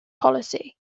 policy